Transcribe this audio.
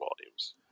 volumes